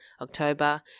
October